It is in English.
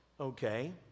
okay